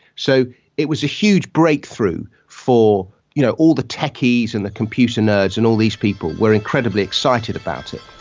so it was a huge breakthrough for you know all the techies and the computer nerds, and all these people were incredibly excited about it.